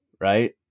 right